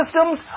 systems